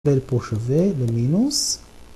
פה שווה למינוס.